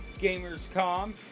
Gamerscom